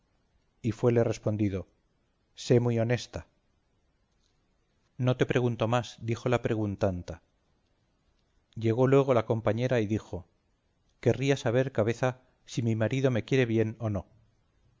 y fuele respondido sé muy honesta no te pregunto más dijo la preguntanta llegó luego la compañera y dijo querría saber cabeza si mi marido me quiere bien o no